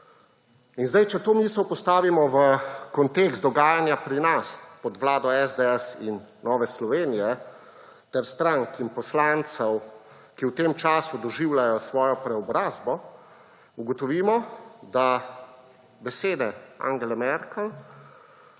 In če to misel postavimo v kontekst dogajanja pri nas pod vlado SDS in Nove Slovenije ter strank in poslancev, ki v tem času doživljajo svojo preobrazbo, ugotovimo, da besede Angele Merkel